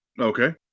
Okay